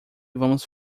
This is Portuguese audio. vamos